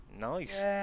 Nice